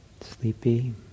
Sleepy